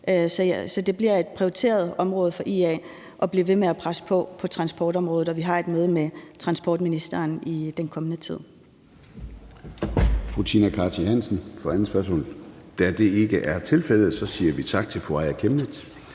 Så det bliver et prioriteret område for IA at blive ved med at presse på på transportområdet, og vi har et møde med transportministeren i den kommende tid.